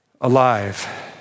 alive